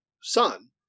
son